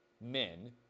men